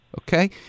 okay